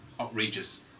outrageous